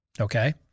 Okay